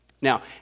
Now